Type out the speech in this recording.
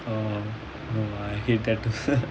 uh no I hate that